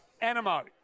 Animo